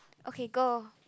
okay go